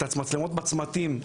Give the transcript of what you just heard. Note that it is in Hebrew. את המצלמות בצמתים,